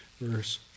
verse